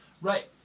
Right